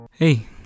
Hey